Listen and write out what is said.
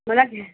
मला घ्या